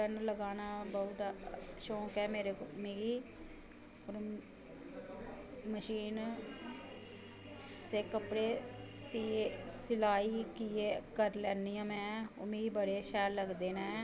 button लानां बड़ा शौंक ऐ मिगी और मशीन नै सलाई करी लैन्नी आं में मिगी बड़े शैल लगदे नै